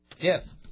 Yes